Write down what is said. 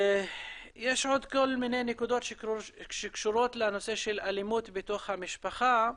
יש עוד כל מיני נקודות שקשורות לנושא של אלימות בתוך המשפחה,